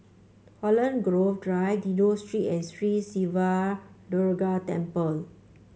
Holland Grove Drive Dido Street and Sri Siva Durga Temple